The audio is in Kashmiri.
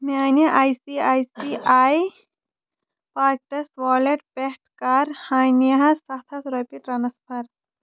میٛانہِ I C I C I pockets wallet پٮ۪ٹھ کَر ہانِیاہَس سَتھ ہَتھ رۄپیہِ ٹرٛانَسفَر